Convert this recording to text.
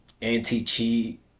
anti-cheat